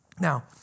Now